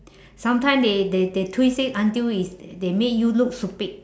sometime they they they twist it until is they they make you look stupid